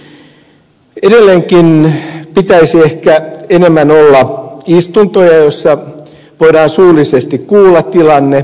edelleenkin pitäisi ehkä enemmän olla istuntoja joissa voidaan suullisesti kuulla tilanne